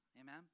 amen